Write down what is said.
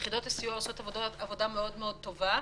יחידות הסיוע עושות עבודה מאוד מאוד טובה.